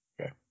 Okay